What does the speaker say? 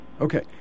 Okay